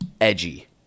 edgy